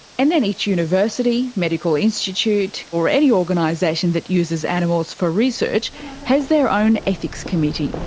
and then each university, medical institute or any organisation that uses animals for research has their own ethics committee.